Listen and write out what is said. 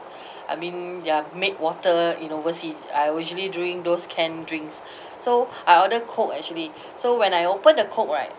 I mean their made water in overseas I originally during those canned drinks so I order coke actually so when I open the coke right